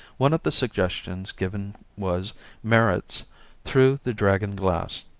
one of the suggestions given was merritt's through the dragon glass.